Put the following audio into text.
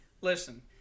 Listen